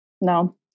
No